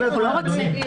אנחנו לא רוצים.